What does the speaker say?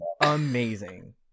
amazing